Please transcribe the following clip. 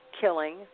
killing